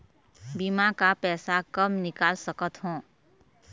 बीमा का पैसा कब निकाल सकत हो?